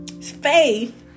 Faith